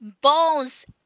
bones